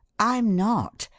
i'm not.